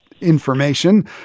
information